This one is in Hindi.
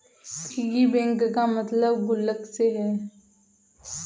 पिगी बैंक का मतलब गुल्लक से है